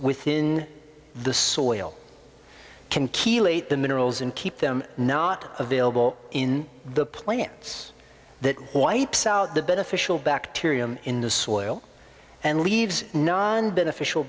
within the soil can keel eight the minerals and keep them not available in the plants that wipes out the beneficial bacteria in the soil and leaves non beneficial